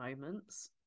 moments